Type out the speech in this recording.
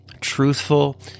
truthful